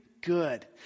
good